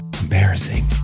Embarrassing